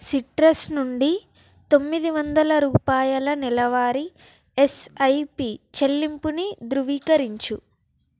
citrus నుండి తొమ్మిది వందల రూపాయల నెలవారీ యస్ఐపి చెల్లింపుని ధృవీకరించు